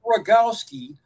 Rogowski